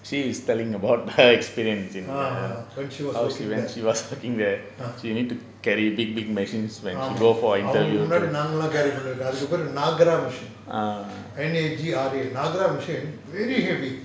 ah ah when she was working there ah ஆமா அவங்களுக்கு முன்னாடி நாங்கலாம்:aama avangaluku munnadi naangallaam carry பண்ணிருகோம் அதுக்கு பிறகு:pannirukom athuku piragu nagra machines N A G R A nagra machine really heavy